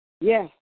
Yes